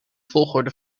volgorde